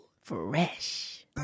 Fresh